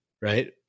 right